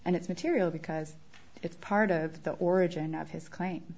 and it's material because it's part of the origin of his claim